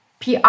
PR